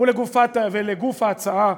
ולגוף ההצעה,